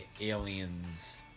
aliens